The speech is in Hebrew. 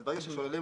אז ברגע ששוללים